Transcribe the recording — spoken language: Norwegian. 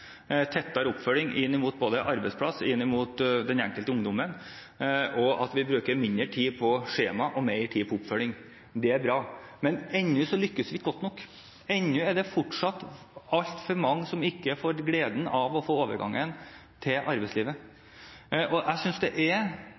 tettere oppfølging inn mot arbeidsplass, inn mot den enkelte ungdommen, og vi bruker mindre tid på skjemaer og mer tid på oppfølging. Det er bra. Men ennå lykkes vi ikke godt nok, ennå er det fortsatt altfor mange som ikke får gleden av å få en overgang til arbeidslivet. Jeg synes det på mange måter er